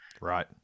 Right